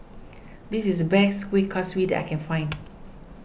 this is the best Kueh Kaswi that I can find